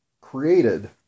created